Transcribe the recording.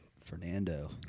Fernando